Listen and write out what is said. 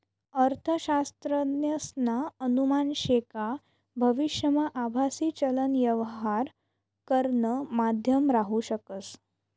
अर्थशास्त्रज्ञसना अनुमान शे का भविष्यमा आभासी चलन यवहार करानं माध्यम राहू शकस